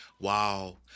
Wow